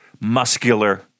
Muscular